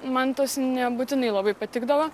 man tas nebūtinai labai patikdavo